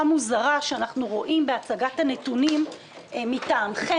מוזרה שאנחנו רואים בהצגת הנתונים מטעמכם,